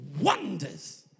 wonders